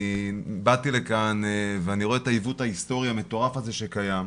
באתי לכאן ואני רואה את העיוות ההסטורי המטורף הזה שקיים,